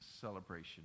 celebration